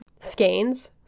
skeins